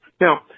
Now